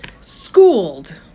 Schooled